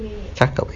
cakap eh